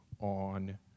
on